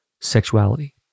sexuality